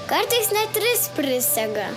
kartais net tris prisega